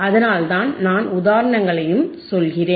அதனால்தான் நான் உதாரணங்களையும் சொல்கிறேன்